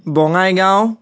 Bongaigaon